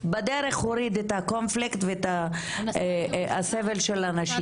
בדרך הוריד את הקונפליקט ואת הסבל של הנשים.